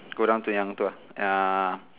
go down to yang tu ah uh